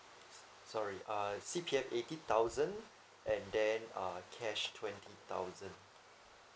sorry uh C_P_F eighty thousand and then uh cash twenty thousand